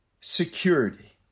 Security